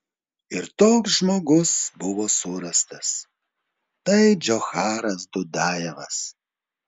ir toks žmogus buvo surastas tai džocharas dudajevas